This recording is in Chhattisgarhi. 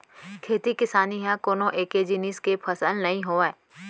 खेती किसानी ह कोनो एके जिनिस के फसल नइ होवय